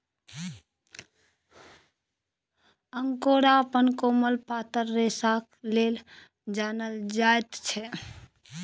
angora अपन कोमल पातर रेशाक लेल जानल जाइत छै